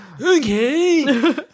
Okay